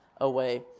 away